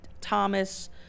Thomas